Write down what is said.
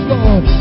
Lord